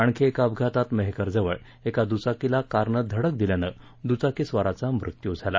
आणखी एका अपघातात मेहकरजवळ एका द्चाकीला कारनं धडक दिल्यानं द्चाकीस्वाराचा मृत्यू झाला